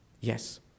Yes